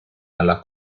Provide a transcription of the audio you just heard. alla